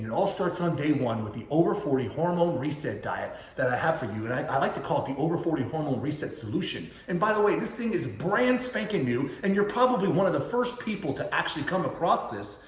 and all starts on day one with the over forty hormone reset diet that i have for you. and i i like to call it the over forty hormone reset solution. and by the way, this thing is brand-spanking new. and you're probably one of the first people to actually come across this.